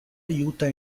aiuta